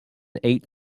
eight